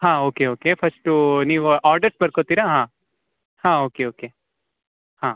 ಹಾಂ okay okay first ನೀವು orders ಬರ್ಕೋತೀರಾ ಹಾಂ ಹಾಂ ಓಕೆ ಓಕೆ ಹಾಂ